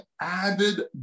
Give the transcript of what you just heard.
avid